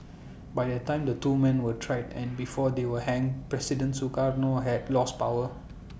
by the time the two men were tried and before they were hanged president Sukarno had lost power